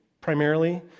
primarily